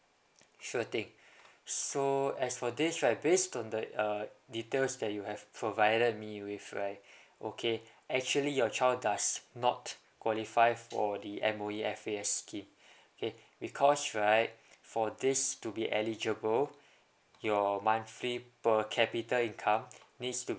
sure thing so as for this right based on the uh details that you have provided me with right okay actually your child does not qualify for the M_O_E F_A_S scheme okay because right for this to be eligible your monthly per capita income needs to be